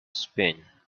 spin